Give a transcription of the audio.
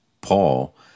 Paul